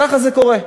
ככה זה קורה.